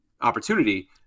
opportunity